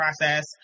process